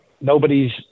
nobody's